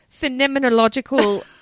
phenomenological